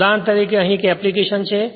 ઉદાહરણ તરીકે અહીં એક એપ્લીકેશન છે